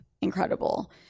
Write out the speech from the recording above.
incredible